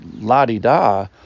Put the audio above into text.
la-di-da